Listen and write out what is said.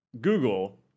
Google